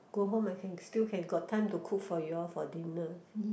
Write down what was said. go home I can still can got time to cook for you all for dinner